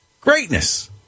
greatness